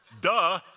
Duh